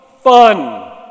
fun